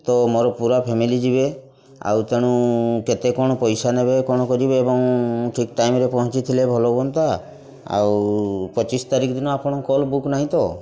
ତ ମୋର ପୁରା ଫ୍ୟାମିଲି ଯିବେ ଆଉ ତେଣୁ କେତେ କ'ଣ ପଇସା ନେବେ କ'ଣ କରିବେ ଏବଂ ଠିକ୍ ଟାଇମ୍ରେ ପହଞ୍ଚିଥିଲେ ଭଲ ହୁଅନ୍ତା ଆଉ ପଚିଶ ତାରିଖ ଦିନ ଆପଣ କଲ୍ ବୁକ୍ ନାହିଁ ତ